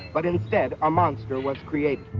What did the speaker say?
but instead, a monster was created.